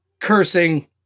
cursing